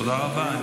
תודה רבה.